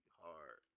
hard